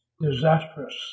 disastrous